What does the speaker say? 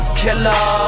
killer